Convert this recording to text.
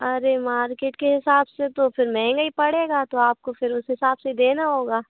अरे मार्केट के हिसाब से तो फिर महँगा ही पड़ेगा तो आप को फिर उस हिसाब से देना होगा